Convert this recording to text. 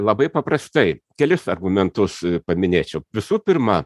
labai paprastai kelis argumentus paminėčiau visų pirma